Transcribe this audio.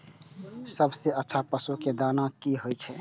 सबसे अच्छा पशु के दाना की हय?